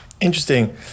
Interesting